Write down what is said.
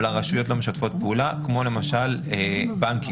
אבל הרשויות לא משתפות פעולה כמו למשל בנקים.